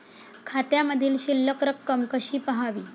खात्यामधील शिल्लक रक्कम कशी पहावी?